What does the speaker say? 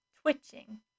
twitching